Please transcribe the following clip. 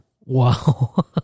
Wow